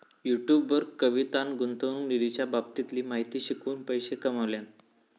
YouTube वर कवितान गुंतवणूक निधीच्या बाबतीतली माहिती शिकवून पैशे कमावल्यान